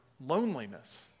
loneliness